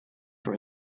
for